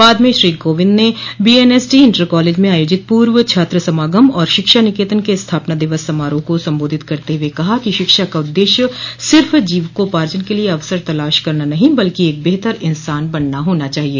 बाद में श्री कोविंद ने बीएनएसडी इंटर कॉलेज में आयोजित पूर्व छात्र समागम और शिक्षा निकेतन के स्थापना दिवस समारोह को संबोधित करते हुए कहा कि शिक्षा का उद्देश्य सिर्फ़ जीविकापार्जन के लिये अवसर तलाश करना नहीं बल्कि एक बेहतर इंसान बनना होना चाहिय